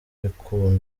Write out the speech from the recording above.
kuko